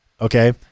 Okay